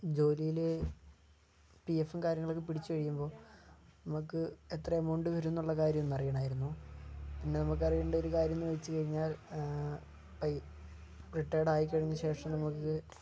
ജോലിയിൽ പി എഫും കാര്യങ്ങളും ഒക്കെ പിടിച്ച് കഴിയുമ്പോൾ നമുക്ക് എത്ര എമൗണ്ട് വരും എന്നുള്ള കാര്യം ഒന്ന് അറിയണമായിരുന്നു പിന്നെ നമുക്കറിയേണ്ട ഒരു കാര്യം എന്ന് വെച്ച് കഴിഞ്ഞാൽ റിട്ടയേർഡ് ആയി കഴിഞ്ഞ ശേഷം നമുക്ക്